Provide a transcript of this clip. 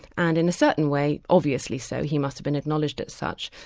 and in a certain way, obviously so, he must have been acknowledged as such.